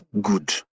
good